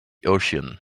ocean